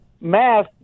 math